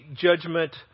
judgment